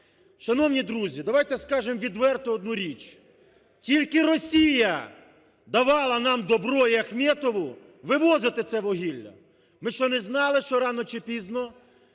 Шановні друзі, давайте скажімо відверто одну річ. Тільки Росія давала нам добро і Ахметову вивозити це вугілля. Ми що не знали, що рано чи пізно